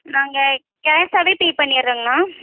நாங்கள் கேஸாகவே பே பண்ணிடுறேங்கண்ணா